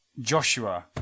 Joshua